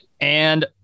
And-